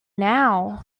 now